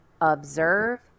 observe